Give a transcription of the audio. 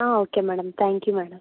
okay madam thank you madam